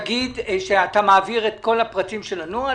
תגיד שאתה מעביר את כל הפרטים של הנוהל